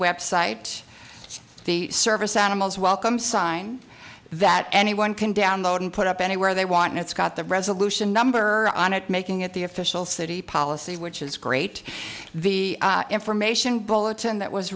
website the service animals welcome sign that anyone can download and put up anywhere they want and it's got the resolution number on it making it the official city policy which is great the information bulletin that was